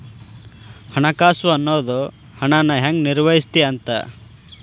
ಹಣಕಾಸು ಅನ್ನೋದ್ ಹಣನ ಹೆಂಗ ನಿರ್ವಹಿಸ್ತಿ ಅಂತ